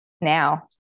now